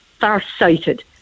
farsighted